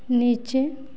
नीचे